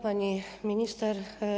Pani Minister!